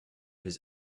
his